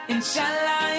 Inshallah